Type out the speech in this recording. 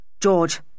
george